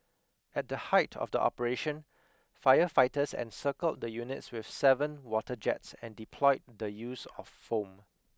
at the height of the operation firefighters encircled the units with seven water jets and deployed the use of foam